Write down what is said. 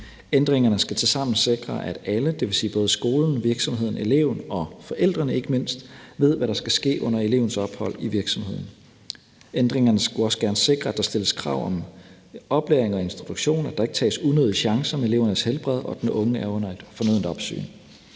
Ændringerne skal tilsammen sikre, at alle, dvs. både skolen, virksomheden, eleven og forældrene ikke mindst, ved, hvad der skal ske under elevens ophold i virksomheden. Ændringerne skulle også gerne sikre, at der stilles krav om oplæring og instruktion, at der ikke tages unødige chancer med elevernes helbred, og at den unge er under et fornødent opsyn.